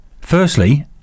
Firstly